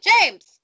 James